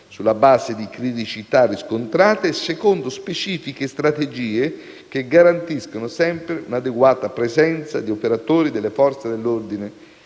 sulla base di criticità riscontrate e secondo specifiche strategie che garantiscono sempre un'adeguata presenza di operatori delle Forze dell'ordine